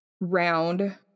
round